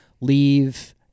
leave